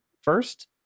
first